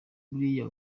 buriya